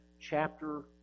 chapter